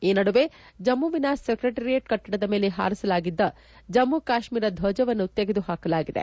ಈ ನಡುವೆ ಜಮ್ನುವಿನ ಸೆಕ್ರೆಟರಿಯೇಟ್ ಕಟ್ಲಡದ ಮೇಲೆ ಹಾರಿಸಲಾಗಿದ್ದ ಜಮ್ನು ಕಾಶ್ವೀರದ ಧಜವನ್ನು ತೆಗೆದು ಹಾಕಲಾಗಿದೆ